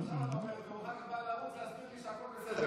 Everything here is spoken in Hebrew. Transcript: עכשיו אתה אומר שהוא רק בא לרוץ ולהסביר לי שהכול בסדר.